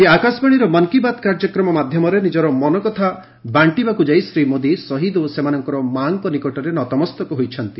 ଆଜି ଆକାଶବାଣୀର ମନ୍ କୀ ବାତ୍ କାର୍ଯ୍ୟକ୍ରମ ମାଧ୍ୟମରେ ନିଜର ମନ କଥା ବାଣ୍ଟିବାକୁ ଯାଇ ଶ୍ରୀ ମୋଦି ଶହୀଦ୍ ଓ ସେମାନଙ୍କର ମା'ଙ୍କ ନିକଟରେ ନତମସ୍ତକ ହୋଇଛନ୍ତି